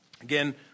Again